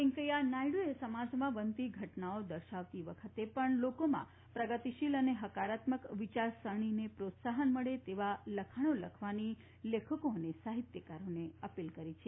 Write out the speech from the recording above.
વેંકેયા નાયડ્એ સમાજમાં બનતી ઘટનાઓ દર્શાવતી વખતે પણ લોકોમાં પ્રગતિશીલ અને હકારાત્મક વિચારસણીને પ્રોત્સાહન મળે તેવા લખાણો લખવા લેખકો અને સાહિત્યકારોને અપીલ કરી છે